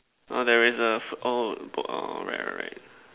no there is a fo~ oh ball right right